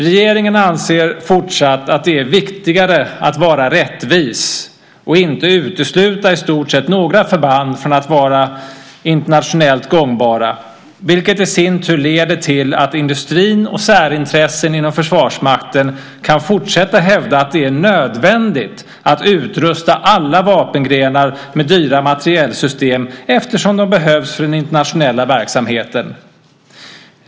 Regeringen anser fortsatt att det är viktigare att vara rättvis och inte utesluta i stort sett några förband från att vara internationellt gångbara, vilket i sin tur leder till att industrin och särintressen inom Försvarsmakten kan fortsätta hävda att det är nödvändigt att utrusta alla vapengrenar med dyra materielsystem, eftersom de behövs för den internationella verksamheten.